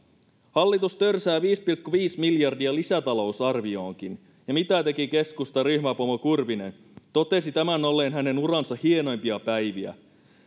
hallitus törsää viisi pilkku viisi miljardia lisätalousarvioonkin ja mitä teki keskustan ryhmäpomo kurvinen totesi tämän olleen uransa hienoimpia päiviä